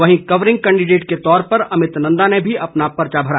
वहीं covering candidate के तौर पर अमित नंदा ने भी अपना पर्चा भरा